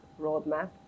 Roadmap